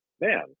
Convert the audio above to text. man